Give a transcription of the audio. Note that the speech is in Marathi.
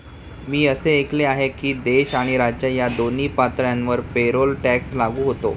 मी असे ऐकले आहे की देश आणि राज्य या दोन्ही पातळ्यांवर पेरोल टॅक्स लागू होतो